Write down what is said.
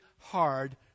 hard